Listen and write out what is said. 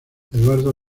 eduardo